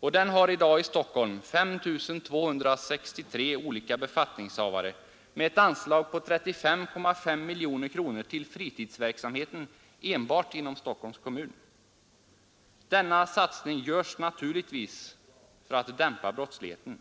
och den har i dag i Stockholm 5 263 befattningshavare med anslag på 35,5 miljoner kronor till tritidsverksamheten enbart inom Stockholms kommun. Denna satsning görs naturligtvis för att dämpa brottsligheten.